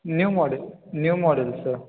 new मॉडे new model sir